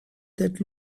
that